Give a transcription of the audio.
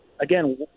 again